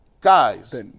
guys